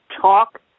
talk